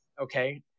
Okay